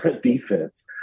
defense